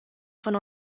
von